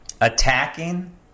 attacking